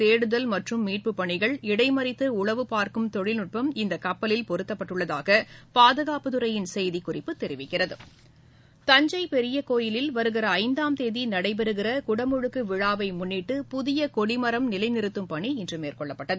தேடுதல் மற்றும் மீட்புப் பணிகள் இடைமறித்து உளவு பார்க்கும் தொழில்நுட்பம் இந்த கப்பலில் பொருத்தப்பட்டுள்ளதாக பாதுகாப்பு துறையின் செய்திக்குறிப்பு தெரிவிக்கிறது தஞ்சை பெரிய கோயிலில் வருகிற ஐந்தாம் தேதி நடைபெறுகிற குடமுழுக்கு விழாவை முன்னிட்டு புதிய கொடிமரம் நிலைநிறுத்தும் பணி மேற்கொள்ளப்பட்டது